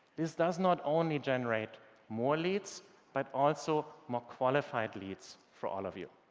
this does not only generate more leads but also more qualified leads for all of you.